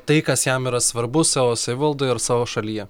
tai kas jam yra svarbu savo savivaldoje ir savo šalyje